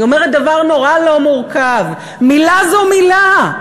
אני אומרת דבר נורא לא מורכב: מילה זו מילה.